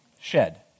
Shed